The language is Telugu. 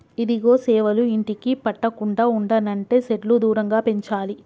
ఇదిగో సేవలు ఇంటికి పట్టకుండా ఉండనంటే సెట్లు దూరంగా పెంచాలి